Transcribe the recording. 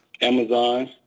Amazon